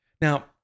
Now